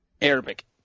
Arabic